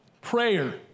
Prayer